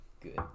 good